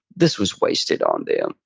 this was wasted on them,